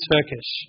Turkish